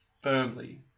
firmly